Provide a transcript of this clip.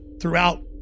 throughout